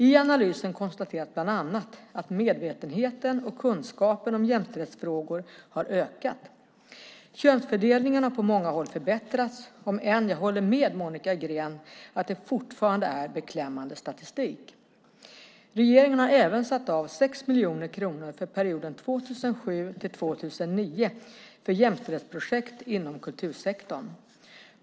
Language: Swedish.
I analysen konstateras bland annat att medvetenheten och kunskapen om jämställdhetsfrågor har ökat. Könsfördelningen har på många håll förbättrats även om jag håller med Monica Green om att det fortfarande är en beklämmande statistik. Regeringen har även satt av 6 miljoner kronor för perioden 2007-2009 för jämställdhetsprojekt inom kultursektorn.